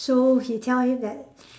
so he tell him that